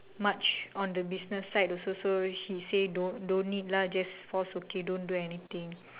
much on the business side also so he say don't don't need lah just force okay don't do anything